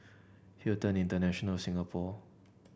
Hilton International Singapore